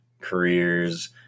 careers